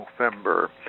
November